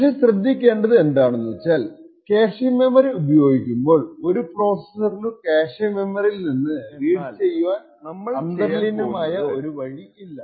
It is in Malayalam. പക്ഷെ ശ്രദ്ധിക്കേണ്ടത് എന്തെന്നുവച്ചാൽ ക്യാഷെ മെമ്മറി ഉപയോഗിക്കുമ്പോൾ ഒരു പ്രോസസ്സിനു ക്യാഷെ മെമ്മറിയിൽ നിന്ന് റീഡ് ചെയ്യുവാൻ അന്തർലീനമായ ഒരു വഴി ഇല്ല